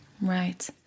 Right